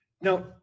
Now